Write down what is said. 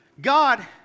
God